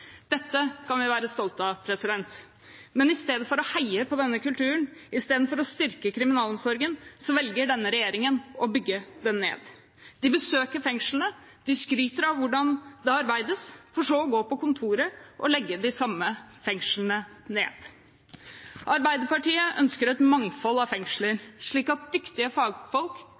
Dette kan vi være stolte av. Men istedenfor å heie på denne kulturen, istedenfor å styrke kriminalomsorgen, velger denne regjeringen å bygge den ned. De besøker fengslene, og de skryter av hvordan det arbeides, for så å gå på kontoret og legge de samme fengslene ned. Arbeiderpartiet ønsker et mangfold av fengsler slik at dyktige fagfolk